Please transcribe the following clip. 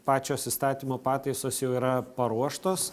pačios įstatymo pataisos jau yra paruoštos